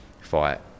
fight